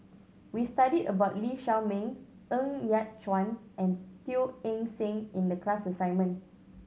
we study about Lee Shao Meng Ng Yat Chuan and Teo Eng Seng in the class assignment